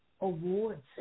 awards